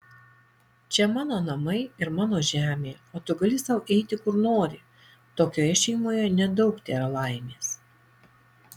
čia mano namai ir mano žemė o tu gali sau eiti kur nori tokioje šeimoje nedaug tėra laimės